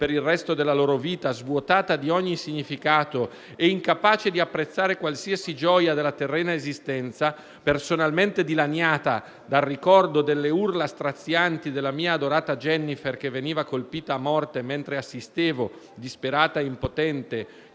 per il resto della loro vita, svuotata di ogni significato e incapace di apprezzare qualsiasi gioia della terrena esistenza, personalmente dilaniata dal ricordo delle urla strazianti della mia adorata Jennifer, che veniva colpita a morte mentre assistevo, disperata e impotente,